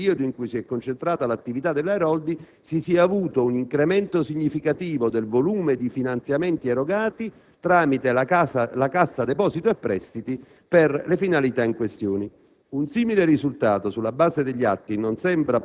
Dalla documentazione esaminata emerge infatti che, nel periodo in cui si è concentrata l'attività dell'Airoldi, si sia avuto un incremento significativo del volume di finanziamenti erogati tramite la Cassa depositi e prestiti per le finalità in questione.